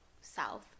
south